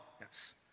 yes